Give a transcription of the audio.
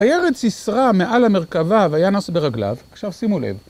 "וירד סיסרא מעל המרכבה והיה נס ברגליו", עכשיו שימו לב.